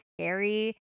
scary